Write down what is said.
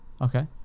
Okay